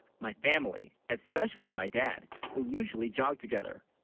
my family especially, my dad we usually jog together